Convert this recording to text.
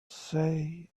say